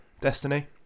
Destiny